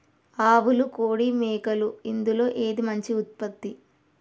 ఆవులు కోడి మేకలు ఇందులో ఏది మంచి ఉత్పత్తి?